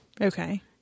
Okay